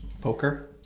Poker